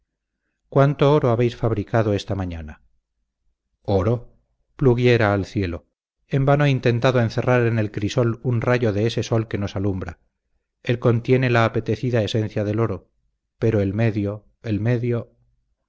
cuánto oro habéis fabricado esta mañana oro pluguiera al cielo en vano he intentado encerrar en el crisol un rayo de ese sol que nos alumbra él contiene la apetecida esencia del oro pero el medio el medio